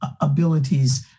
abilities